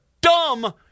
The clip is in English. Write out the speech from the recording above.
dumb